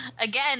Again